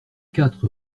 quatre